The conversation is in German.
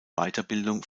weiterbildung